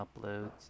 uploads